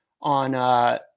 on